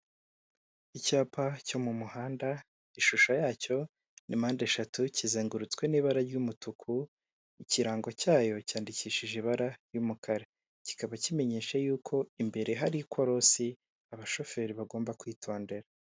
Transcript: Icyapa cyo mu muhanda, ishusho yacyo ni mpandeshatu, kizengurutswe n'ibara ry'umutuku ikirango cyayo cyandikishije ibara ry'umukara. kikaba kimenyesha y'uko imbere hari korosi abashoferi bagomba kwitondera.